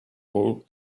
ball